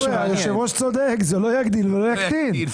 היושב-ראש צודק; זה לא יגדיל ולא יקטין.